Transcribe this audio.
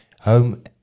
home